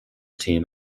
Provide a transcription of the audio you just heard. team